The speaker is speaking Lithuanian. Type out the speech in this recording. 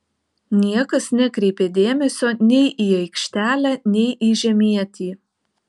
niekas nekreipė dėmesio nei į aikštelę nei į žemietį